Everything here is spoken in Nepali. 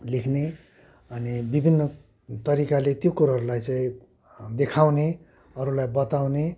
लेख्ने अनि विभिन्न तरिकाले त्यो कुरोहरूलाई चाहिँ देखाउने अरूलाई बताउने